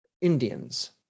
Indians